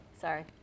Sorry